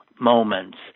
moments